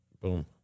Boom